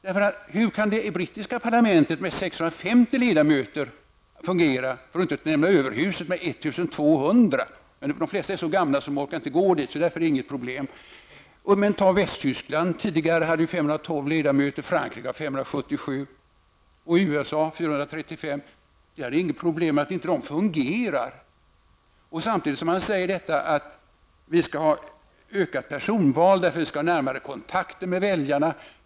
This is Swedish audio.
Hur kan i så fall det brittiska underhuset med 650 ledamöter fungera, för att inte nämna överhuset med 1 200 ledamöter? I överhuset är dock de flesta så gamla att de inte orkar gå dit, och därför är det inte något problem där. Det västtyska parlamentet hade 512 ledamöter, det franska har 577 och det i USA 435. Det är väl inget problem för dessa parlament att fungera. Samtidigt som man vill minska antalet ledamöter vill man ha personval för att politikerna skall kunna hålla bättre kontakt med väljarna.